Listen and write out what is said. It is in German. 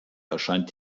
erscheint